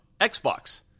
Xbox